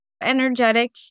energetic